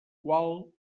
qual